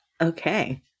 Okay